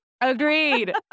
Agreed